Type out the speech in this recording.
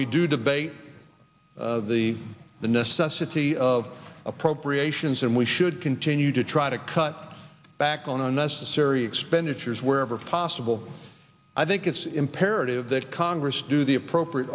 we do debate of the the necessity of appropriations and we should continue to try to cut back on unnecessary expenditures wherever possible i think it's imperative that congress do the appropriate